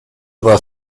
war